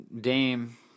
Dame